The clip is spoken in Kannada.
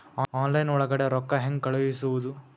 ಆನ್ಲೈನ್ ಒಳಗಡೆ ರೊಕ್ಕ ಹೆಂಗ್ ಕಳುಹಿಸುವುದು?